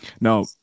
Now